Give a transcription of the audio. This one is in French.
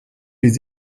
les